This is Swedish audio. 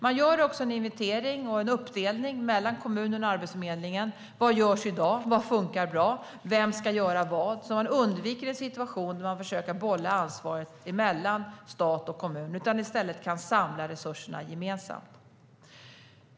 Det görs också en inventering och en uppdelning mellan kommunerna och Arbetsförmedlingen för att se vad som görs i dag, vad som fungerar bra och vem som ska göra vad, detta för att undvika en situation där ansvaret bollas mellan stat och kommun. I stället samlas resurserna gemensamt.